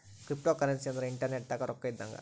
cryptocurrency ಅಂದ್ರ internet ದಾಗ ರೊಕ್ಕ ಇದ್ದಂಗ